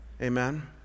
Amen